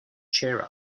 cheer